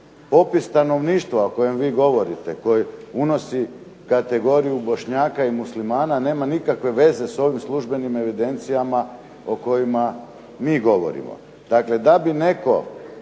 Popis stanovništva o kojem vi govorite, koji unosi kategoriju Bošnjaka i Muslimana nema nikakve veze s ovim službenim evidencijama o kojima mi govorimo. Dakle, da bi neka